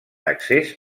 accés